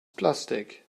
plastik